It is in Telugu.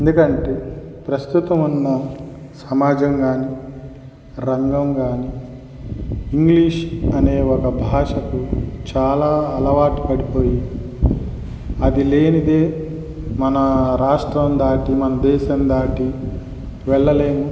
ఎందుకంటే ప్రస్తుతం ఉన్న సమాజం కానీ రంగం కానీ ఇంగ్లీష్ అనే ఒక భాషకు చాలా అలవాటు పడిపోయి అది లేనిదే మన రాష్ట్రం దాటి మన దేశం దాటి వెళ్ళలేము